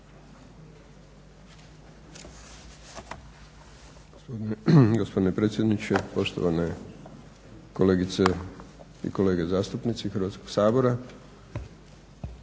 Gospodine predsjedniče, poštovane kolegice i kolege zastupnici Hrvatskog sabora,